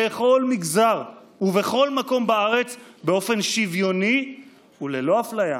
בכל מגזר ובכל מקום בארץ באופן שוויוני וללא אפליה.